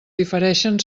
difereixen